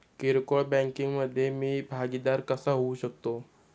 किरकोळ बँकिंग मधे मी भागीदार कसा होऊ शकतो?